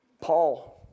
Paul